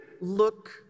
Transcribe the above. look